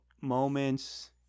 moments